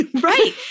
Right